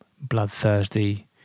bloodthirsty